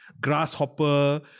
Grasshopper